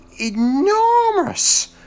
enormous